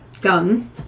gun